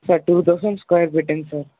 sir two thousand square ஃபீட்டுங்க sir